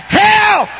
hell